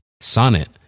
Sonnet